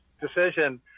decision